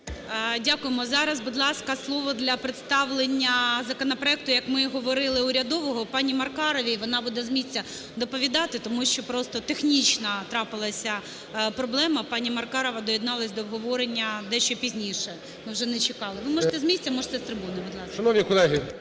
Дякуємо. Зараз, будь ласка, слово для представлення законопроекту, як ми і говорили, урядового пані Маркаровій. Вона буде з місця доповідати, тому що просто технічно трапилася проблема. Пані Маркарова доєдналась до обговорення дещо пізніше, ми вже не чекали. Ну, можете з місця, можете з трибуни. Будь ласка.